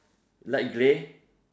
light grey